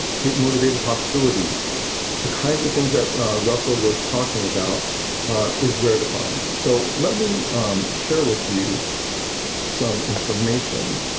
hate motivated hostility the kinds of things that russell was talking about is rare to find, so let me share with you some information,